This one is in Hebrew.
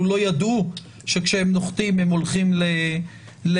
לא ידעו שכשהם נוחתים הם הולכים למלוניות,